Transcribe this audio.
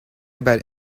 about